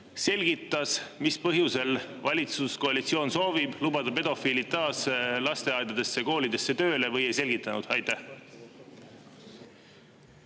selgitas, mis põhjusel valitsuskoalitsioon soovib lubada pedofiilid taas lasteaedadesse, koolidesse tööle, või ei selgitanud? Aitäh,